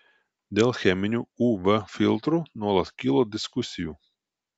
dėl cheminių uv filtrų nuolat kyla diskusijų